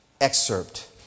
excerpt